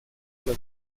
las